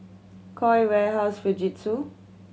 Koi Warehouse Fujitsu